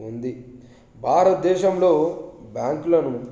ఉంది భారతదేశంలో బ్యాంకులను